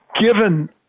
given